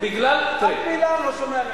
מלה לא שומע מכם.